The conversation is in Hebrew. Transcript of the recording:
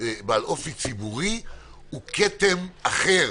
בעל אופי ציבורי היא כתם אחר.